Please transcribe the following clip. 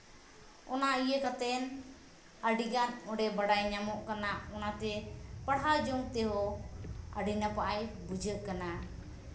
ᱚᱱᱟ ᱤᱭᱟᱹ ᱠᱟᱛᱮᱱ ᱟᱹᱰᱤᱜᱟᱱ ᱚᱸᱰᱮ ᱵᱟᱲᱟᱭ ᱧᱟᱢᱚᱜ ᱠᱟᱱᱟ ᱚᱱᱟᱛᱮ ᱯᱟᱲᱦᱟᱣ ᱡᱚᱝ ᱛᱮᱦᱚᱸ ᱟᱹᱰᱤ ᱱᱟᱯᱟᱭ ᱵᱩᱡᱷᱟᱹᱜ ᱠᱟᱱᱟ